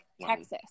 Texas